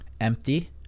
empty